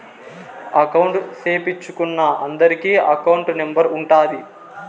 account సేపిచ్చుకున్నా అందరికి account number ఉంటాది